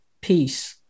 peace